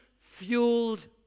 fueled